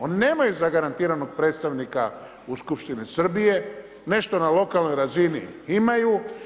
Oni nemaju zagarantiranog predstavnika u skupštini Srbije, nešto na lokalnoj razini imaju.